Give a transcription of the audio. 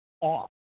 off